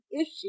issue